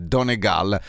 Donegal